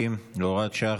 150 והוראת שעה,